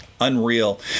unreal